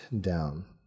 down